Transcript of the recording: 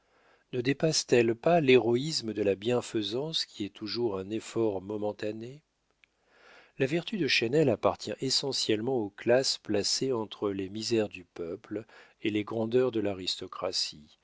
ne dépasse t elle pas l'héroïsme de la bienfaisance qui est toujours un effort momentané la vertu de chesnel appartient essentiellement aux classes placées entre les misères du peuple et les grandeurs de l'aristocratie